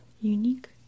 unique